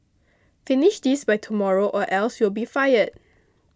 finish this by tomorrow or else you'll be fired